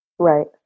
Right